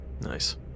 Nice